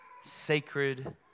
sacred